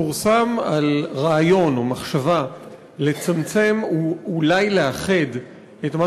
פורסם על רעיון או מחשבה לצמצם או אולי לאחד את מה